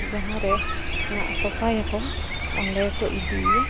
ᱡᱟᱦᱟᱸᱨᱮ ᱱᱟᱜᱷ ᱛᱚᱯᱟᱭᱟᱠᱚ ᱚᱸᱰᱮ ᱠᱚ ᱤᱫᱤᱭᱮᱭᱟ